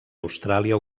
austràlia